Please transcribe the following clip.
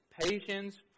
patience